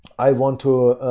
i want to,